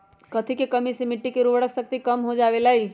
कथी के कमी से मिट्टी के उर्वरक शक्ति कम हो जावेलाई?